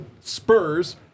Spurs